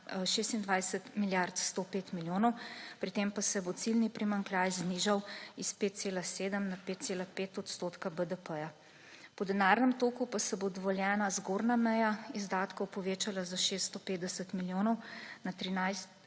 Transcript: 26 milijard 105 milijonov. Pri tem pa se bo ciljni primanjkljaj znižal s 5,7 na 5,5 % BDP. Po denarnem toku pa se bo dovoljena zgornja meja izdatkov povečala za 650 milijonov, na 13 milijard